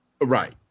Right